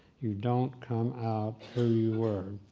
you don't come out who you were.